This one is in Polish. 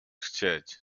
chcieć